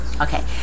Okay